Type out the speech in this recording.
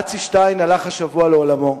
אצי שטיין הלך השבוע לעולמו.